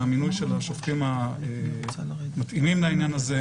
למינוי של השופטים המתאימים לעניין הזה.